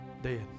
dead